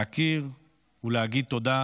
להכיר ולהגיד תודה,